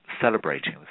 celebrating